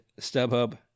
StubHub